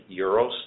Euros